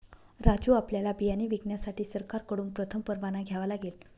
राजू आपल्याला बियाणे विकण्यासाठी सरकारकडून प्रथम परवाना घ्यावा लागेल